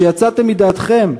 שיצאתם מדעתכם.